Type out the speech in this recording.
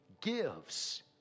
gives